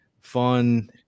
fun